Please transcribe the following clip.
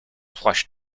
plush